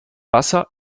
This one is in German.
wasser